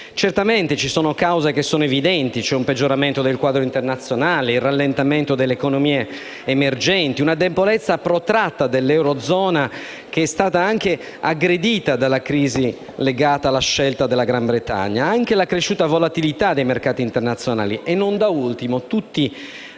Certamente ci sono cause evidenti: ci sono un peggioramento del quadro internazionale; il rallentamento delle economie emergenti; una debolezza protratta dell'eurozona, che è stata anche aggredita dalla crisi legata alla scelta della Gran Bretagna; l'accresciuta volatilità dei mercati internazionali e, non da ultimo, tutte le